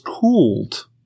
cooled